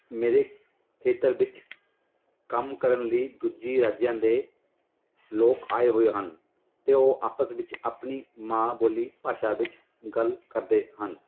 ਮੇਰੇ ਖੇਤਰ ਵਿੱਚ ਕੰਮ ਕਰਨ ਲਈ ਦੂਜੇ ਰਾਜਾਂ ਦੇ ਲੋਕ ਆਏ ਹੋਏ ਹਨ ਅਤੇ ਉਹ ਆਪਸ ਵਿੱਚ ਆਪਣੀ ਮਾਂ ਬੋਲੀ ਭਾਸ਼ਾ ਵਿੱਚ ਗੱਲ ਕਰਦੇ ਹਨ